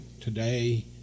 today